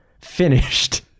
finished